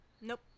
Nope